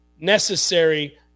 necessary